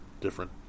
different